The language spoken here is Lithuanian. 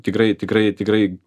tikrai tikrai tikrai